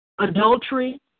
adultery